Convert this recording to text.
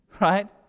right